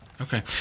okay